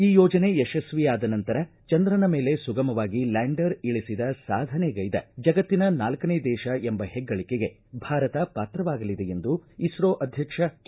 ಈ ಯೋಜನೆ ಯಶಸ್ವಿಯಾದ ನಂತರ ಚಂದ್ರನ ಮೇಲೆ ಸುಗಮವಾಗಿ ಲ್ಯಾಂಡರ್ ಇಳಿಸಿದ ಸಾಧನೆಗೈದ ಮಾಡಿದ ಜಗತ್ತಿನ ನಾಲ್ಕನೇ ದೇಶ ಎಂಬ ಹೆಗ್ಗಳಿಕೆಗೆ ಭಾರತ ಪಾತ್ರವಾಗಲಿದೆ ಎಂದು ಇಸ್ತೋ ಅಧ್ಯಕ್ಷ ಕೆ